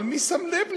אבל מי שם לב לזה?